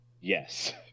yes